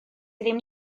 ddim